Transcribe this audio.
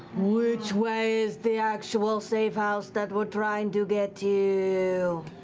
which way is the actual safe house that we're trying to get to?